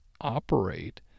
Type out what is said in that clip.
operate